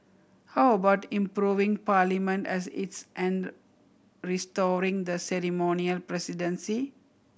how about improving Parliament as it's and restoring the ceremonial presidency